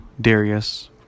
Darius